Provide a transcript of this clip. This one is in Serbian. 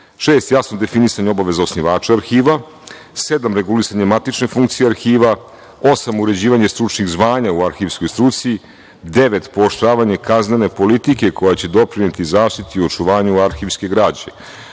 jasno definisane obaveze osnivača arhiva. Sedam, regulisanje matične funkcije arhiva. Osam, uređivanje stručnih zvanja u arhivskoj struci. Devet, pooštravanje kaznene politike koja će doprineti zaštiti i očuvanju arhivske građe.